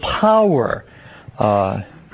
power